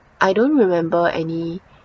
I don't remember any